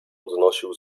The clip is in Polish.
odnosił